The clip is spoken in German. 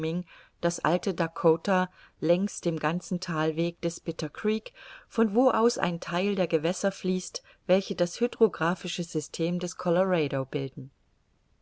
das alte dakota längs dem ganzen thalweg des bitter creek von wo aus ein theil der gewässer fließt welche das hydographische system des colorado bilden